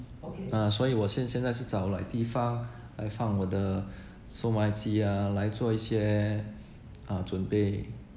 ah 所以我现现在是找 like 地方来放我的售卖机 ah 来做一些 uh 准备